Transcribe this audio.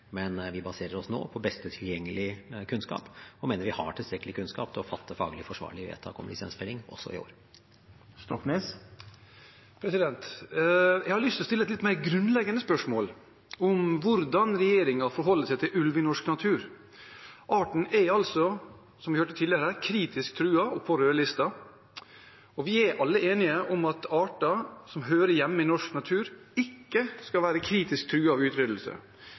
Men nå baserer vi oss på best tilgjengelige kunnskap, og vi mener vi har tilstrekkelig kunnskap for å fatte faglig forsvarlige vedtak om lisensfelling også i år. Jeg har lyst til å stille et litt mer grunnleggende spørsmål om hvordan regjeringen forholder seg til ulv i norsk natur. Arten er, som vi hørte tidligere, kritisk truet og på rødlisten. Vi er alle enige om at arter som hører hjemme i norsk natur, ikke skal være kritisk truet av utryddelse.